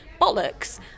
bollocks